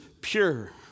pure